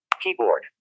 Keyboard